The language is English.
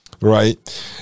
right